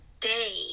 day